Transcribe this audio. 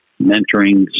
mentoring